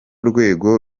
rwego